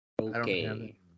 okay